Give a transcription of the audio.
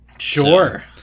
Sure